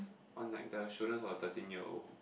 on like the shoulders on a thirteen year old